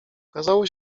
okazało